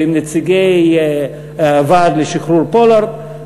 ועם נציגי הוועד למען פולארד.